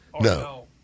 No